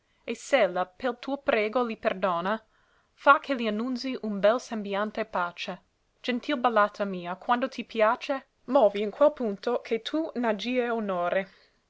e s'ella pel tuo prego li perdona fa che li annunzi un bel sembiante pace gentil ballata mia quando ti piace movi in quel punto che tu n'aggie onore